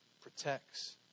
protects